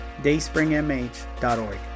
dayspringmh.org